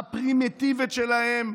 הפרימיטיבית שלהם,